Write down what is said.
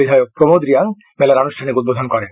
বিধায়ক প্রমোদ রিয়াং মেলার আনুষ্ঠানিক উদ্বোধন করেন